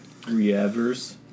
Reavers